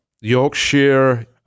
Yorkshire